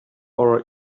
our